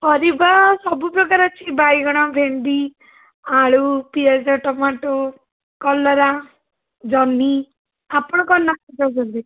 ପରିବା ସବୁ ପ୍ରକାର ଅଛି ବାଇଗଣ ଭେଣ୍ଡି ଆଳୁ ପିଆଜ ଟମାଟୋ କଲରା ଜହ୍ନି ଆପଣ କ'ଣ ନେବାକୁ ଚାହୁଁଛନ୍ତି